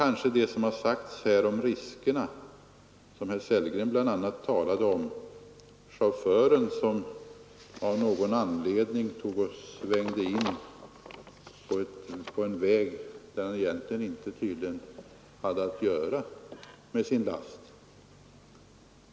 Herr Sellgren talade om riskerna och berättade om chauffören som av någon anledning svängde in på en väg där han tydligen egentligen inte hade att göra med sin last.